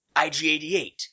IG-88